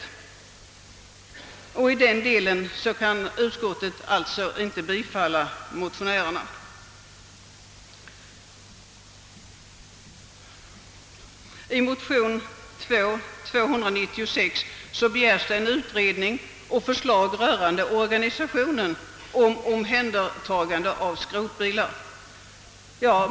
Ej heller i den delen kan alltså utskottet tillstyrka bifall till motionärernas förslag. I motion II: 296 begärs en utredning och förslag rörande organisationen för omhändertagandet av skrotbilar.